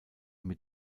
mit